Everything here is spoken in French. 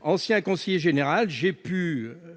Ancien conseiller général, j'ai pu